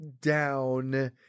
down